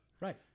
Right